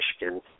Michigan